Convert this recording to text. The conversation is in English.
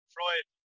Freud